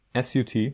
SUT